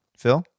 Phil